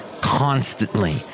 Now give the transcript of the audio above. constantly